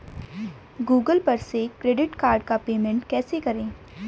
Google पर से credit card का पेमेंट कैसे करें?